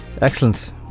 Excellent